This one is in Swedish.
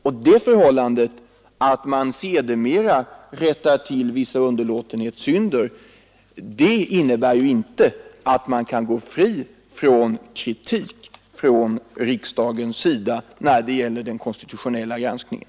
Om regeringen sedermera rättat till vissa underlåtelsesynder innebär det inte att den vid en konstitutionell granskning kan gå fri från kritik från riksdagen.